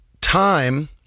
Time